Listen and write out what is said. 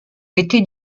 été